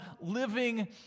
living